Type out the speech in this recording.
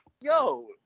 yo